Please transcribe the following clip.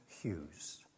Hughes